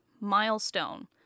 milestone